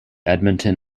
edmonton